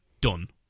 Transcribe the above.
done